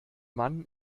mann